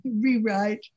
rewrite